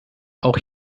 auch